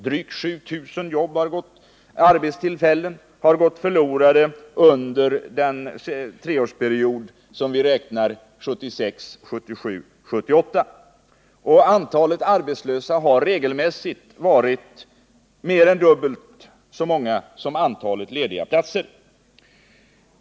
Drygt 7 000 arbetstillfällen har gått förlorade under treårsperioden 1976-1978. Antalet arbetslösa har regelmässigt varit mer än dubbelt så många som antalet lediga platser.